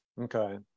Okay